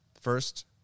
first